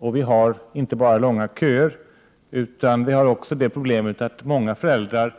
Men vi har inte bara långa köer, utan vi har också det problemet att många föräldrar